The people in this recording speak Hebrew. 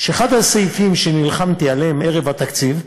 שאחד הסעיפים שנלחמתי עליהם ערב התקציב,